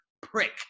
prick